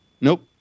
Nope